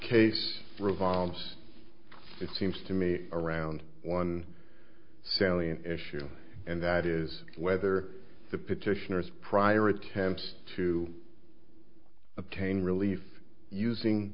case revolves it seems to me around one salient issue and that is whether the petitioners prior attempts to obtain relief using